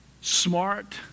smart